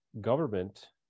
government